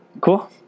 Cool